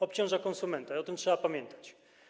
Obciąża konsumenta i o tym trzeba pamiętać.